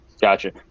Gotcha